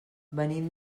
venim